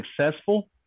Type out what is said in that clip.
successful